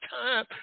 time